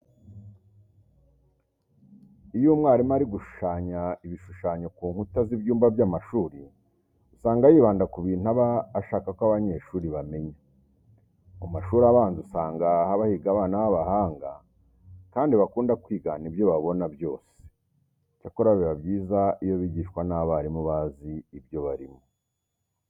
Iyo umwarimu ari gushushanya ibishushanyo ku nkuta z'ibyumba by'amashuri, usanga yibanda ku bintu aba ashaka ko abanyeshuri bamenya. Mu mashuri abanza usanga haba higa abana b'abahanga kandi bakunda kwigana ibyo babona byose. Icyakora biba byiza iyo bigishwa n'abarimu bazi ibyo barimo.